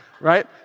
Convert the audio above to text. Right